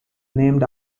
named